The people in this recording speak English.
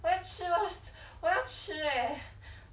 我要吃 loh 我要吃 eh